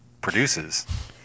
produces